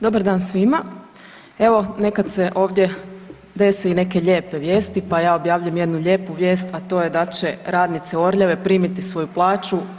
Dobar dan svima, evo nekad se ovdje dese i neke lijepe vijesti pa ja objavljujem jednu lijepu vijest, a to je da će radnice Orljave primiti svoju plaću.